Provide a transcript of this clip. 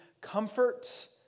comfort